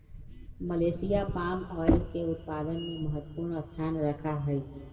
Malaysia palm oil के उत्पादन में महत्वपूर्ण स्थान रखा हई